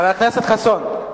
חבר הכנסת חסון,